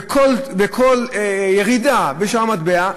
וכל ירידה בשער המטבע,